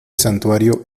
santuario